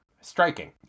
striking